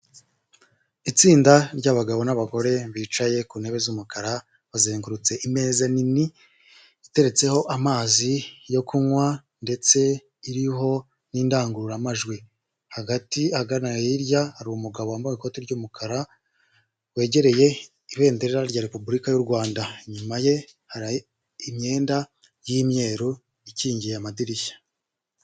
Itsinda ry'abagabo n'abagore bicaye ku ntebe z'umukara bazengurutse imeza nini iteretseho amazi yo kunywa ndetse iriho n'indangururamajwi, hagati ahagana hirya hari umugabo wambaye ikoti ry'umukara wegereye ibendera rya repubulika y'u Rwanda, inyuma ye hari imyenda y'imyeru ikingiye amadirishya.